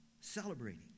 celebrating